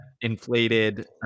inflated